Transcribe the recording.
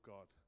God